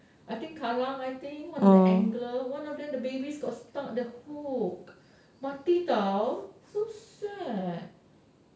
I think kallang I think one of the anglers one of them the babies got stuck the hook mati [tau] so sad